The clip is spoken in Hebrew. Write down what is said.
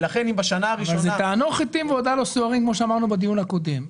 אבל זה לא כמו שאמרנו בדיון הקודם.